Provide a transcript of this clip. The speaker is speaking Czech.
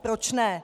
Proč ne?